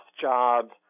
jobs